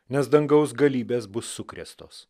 nes dangaus galybės bus sukrėstos